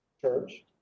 Church